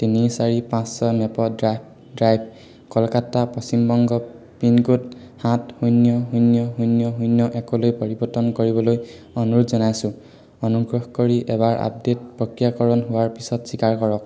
তিনি চাৰি পাঁচ ছয় maple drive Kolkata Paschim Banga pincode সাত শূন্য শূন্য শূন্য শূন্য একলৈ পৰিৱৰ্তন কৰিবলৈ অনুৰোধ জনাইছোঁ অনুগ্ৰহ কৰি এবাৰ আপডে'ট প্ৰক্ৰিয়াকৰণ হোৱাৰ পিছত স্বীকাৰ কৰক